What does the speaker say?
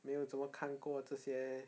没有什么看过这些